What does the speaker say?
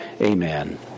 Amen